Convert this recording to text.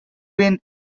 been